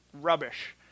rubbish